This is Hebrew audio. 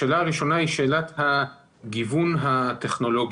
השאלה הראשונה היא שאלת הגיוון הטכנולוגי.